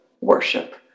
worship